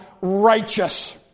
righteous